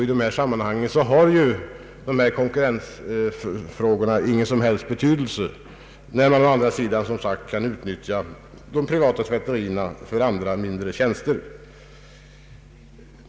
I det sammanhanget har <konkurrensfrågorna ingen som helst betydelse, då man, som jag nämnde, kan utnyttja de privata tvätterierna för mindre tjänster.